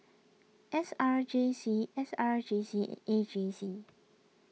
S R J C S R J C and A J C